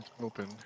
open